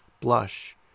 blush